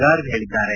ಗಾರ್ಗ್ ಹೇಳಿದ್ದಾರೆ